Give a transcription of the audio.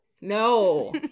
No